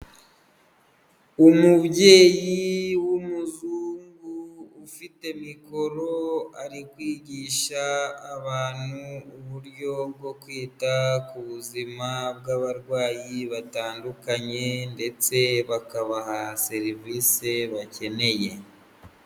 Umubyeyi w'umuzungu ufite mikoro, ari kwigisha abantu uburyo bwo kwita ku buzima bw'abarwayi batandukanye, ndetse bakabaha serivisi bakeneye.